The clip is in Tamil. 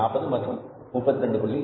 40 மற்றும் 32